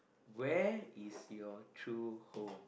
where is your true home